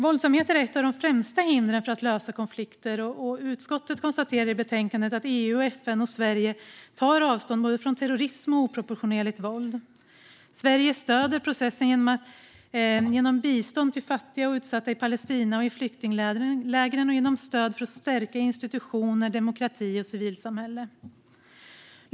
Våldsamheter är ett av de främsta hindren när det gäller att lösa konflikter. Utskottet konstaterar i betänkandet att EU, FN och Sverige tar avstånd från både terrorism och oproportionerligt våld. Sverige stöder processen genom bistånd till fattiga och utsatta i Palestina och i flyktinglägren och genom stöd för att stärka institutioner, demokrati och civilsamhällen.